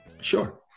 Sure